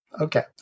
okay